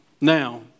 now